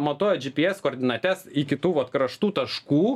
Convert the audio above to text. matuoja džypyes koordinates iki tų vat kraštų taškų